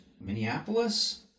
Minneapolis